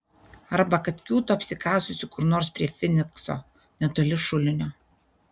arba kad kiūto apsikasusi kur nors prie finikso netoli šulinio